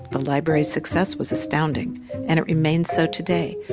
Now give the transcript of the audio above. the library's success was astounding and it remains so today,